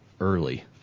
early